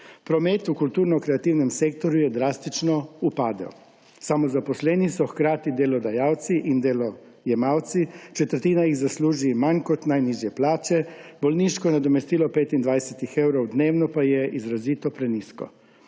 Promet v kulturno-kreativnem sektorju je drastično upadel. Samozaposleni so hkrati delodajalci in delojemalci, četrtina jih zasluži manj kot najnižje plače, bolniško nadomestilo petindvajsetih evrov dnevno pa je izrazito prenizko.